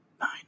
nine